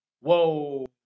Whoa